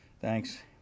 Thanks